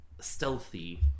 Stealthy